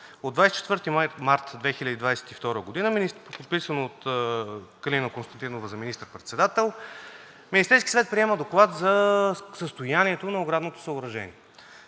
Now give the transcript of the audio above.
от 24 март 2022 г., подписано от Калина Константинова за министър-председател, Министерският съвет приема Доклад за състоянието на оградното съоръжение.